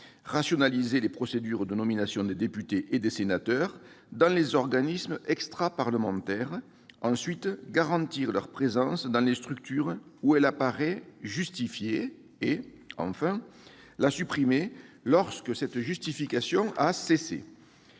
rationaliser les procédures de nomination des députés et des sénateurs dans les organismes extraparlementaires, garantir leur présence dans les structures où elle apparaît justifiée et supprimer cette présence